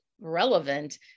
relevant